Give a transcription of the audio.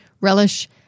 relish